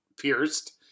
pierced